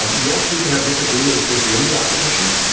um yes, we can have disagreements within the opposition,